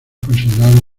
considerables